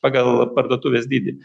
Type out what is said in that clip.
pagal parduotuvės dydį